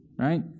right